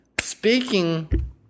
speaking